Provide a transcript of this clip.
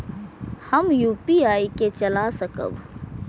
हम यू.पी.आई के चला सकब?